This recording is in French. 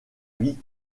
vie